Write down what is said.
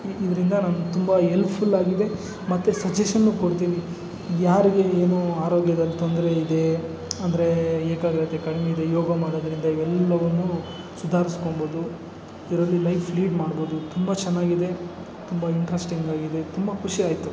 ಇದರಿಂದ ನನಗೆ ತುಂಬ ಹೆಲ್ಪ್ಫುಲ್ ಆಗಿದೆ ಮತ್ತು ಸಜೆಷನೂ ಕೊಡ್ತೀನಿ ಯಾರಿಗೆ ಏನು ಆರೋಗ್ಯದಲ್ಲಿ ತೊಂದರೆ ಇದೆ ಅಂದರೆ ಏಕಾಗ್ರತೆ ಕಮ್ಮಿ ಇದೆ ಯೋಗ ಮಾಡೋದರಿಂದ ಎಲ್ಲವನ್ನೂ ಸುಧಾರಿಸ್ಕೋಬೋದು ಇದರಲ್ಲಿ ಲೈಫ್ ಲೀಡ್ ಮಾಡ್ಬೋದು ತುಂಬ ಚೆನ್ನಾಗಿದೆ ತುಂಬ ಇಂಟರ್ಸ್ಟಿಂಗ್ ಆಗಿದೆ ತುಂಬ ಖುಷಿ ಆಯಿತು